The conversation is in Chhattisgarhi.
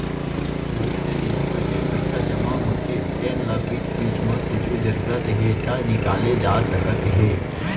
भविस्य निधि म जेन पइसा जमा होथे तेन ल बीच बीच म कुछु जरूरत हे त निकाले जा सकत हे